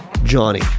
johnny